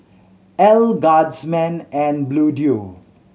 Elle Guardsman and Bluedio